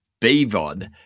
BVOD